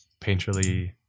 painterly